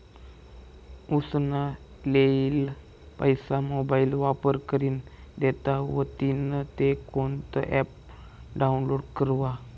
उसना लेयेल पैसा मोबाईल वापर करीन देना व्हतीन ते कोणतं ॲप डाऊनलोड करवा?